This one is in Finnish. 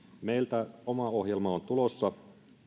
meiltä oma ohjelma on tulossa